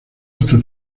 hasta